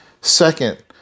Second